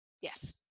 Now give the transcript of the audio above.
yes